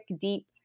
deep